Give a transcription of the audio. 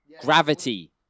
Gravity